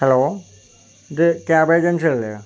hello ഇത് cab agency അല്ലെ